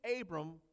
Abram